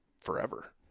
forever